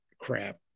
crap